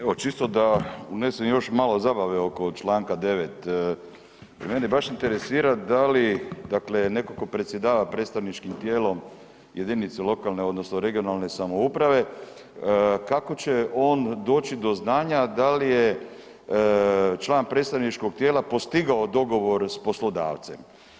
Evo čisto da unesem još malo zabave oko Članka 9., mene baš interesira da li dakle netko tko predsjedava predstavničkim tijelom jedinice lokalne odnosno regionalne samouprave kako će on doći do znanja da li je član predstavničkog tijela postigao dogovor s poslodavcem.